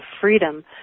freedom